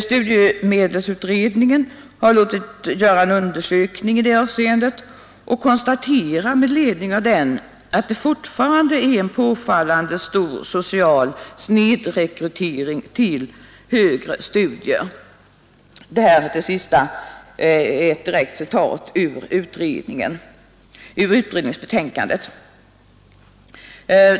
Studiemedelsutredningen har låtit göra en undersökning i det avseendet och konstaterar med ledning av den att ”det fortfarande är en påfallande stor social snedrekrytering till högre studier”.